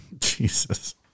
Jesus